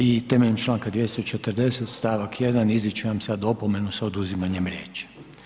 I temeljem Članka 240. stavak 1. izričem vam sad opomenu s oduzimanjem riječi.